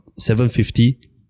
750